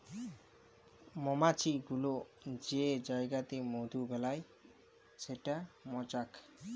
মমাছি গুলা যে জাইগাতে মধু বেলায় সেট মচাক